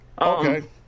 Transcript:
Okay